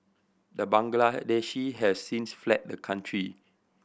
the Bangladeshi has since fled the country